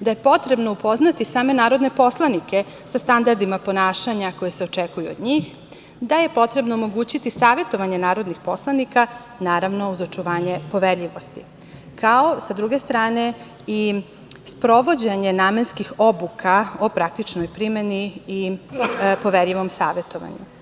da je potrebno upoznati same narodne poslanike sa standardima ponašanja koji se očekuju od njih, da je potrebno omogućiti savetovanje narodnih poslanika, naravno, uz očuvanje poverljivosti, kao i sprovođenje namenskih obuka o praktičnoj primeni i poverljivom savetovanju.